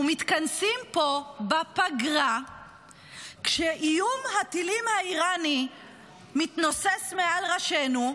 אנחנו מתכנסים פה בפגרה כשאיום הטילים האיראני מתנוסס מעל ראשינו,